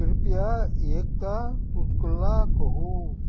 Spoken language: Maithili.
कृपया एकटा चुटकुला कहू